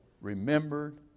remembered